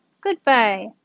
Goodbye